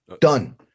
Done